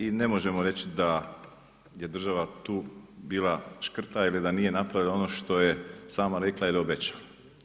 I ne možemo reći da je država tu bila škrta ili da nije napravila ono što je sam rekla ili obećala.